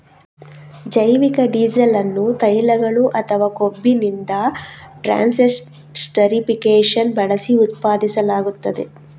ಜೈವಿಕ ಡೀಸೆಲ್ ಅನ್ನು ತೈಲಗಳು ಅಥವಾ ಕೊಬ್ಬಿನಿಂದ ಟ್ರಾನ್ಸ್ಸೆಸ್ಟರಿಫಿಕೇಶನ್ ಬಳಸಿ ಉತ್ಪಾದಿಸಲಾಗುತ್ತದೆ